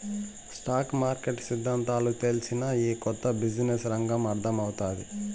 stock market సిద్దాంతాలు తెల్సినా, ఈ కొత్త బిజినెస్ రంగం అర్థమౌతాది